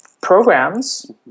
programs